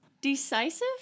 Decisive